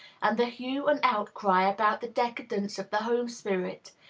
and the hue and outcry about the decadence of the home spirit,